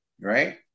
Right